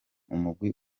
umugwi